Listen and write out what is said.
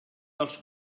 dels